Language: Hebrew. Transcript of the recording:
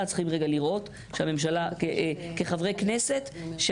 על השלטים, זו